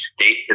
state